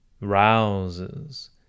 rouses